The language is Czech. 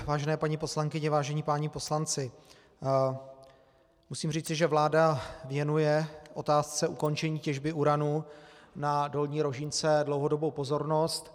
Vážené paní poslankyně, vážení páni poslanci, musím říci, že vláda věnuje otázce ukončení těžby uranu na Dolní Rožínce dlouhodobou pozornost.